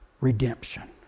Redemption